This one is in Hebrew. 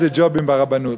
אולי איזה ג'ובים ברבנות.